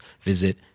visit